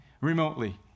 remotely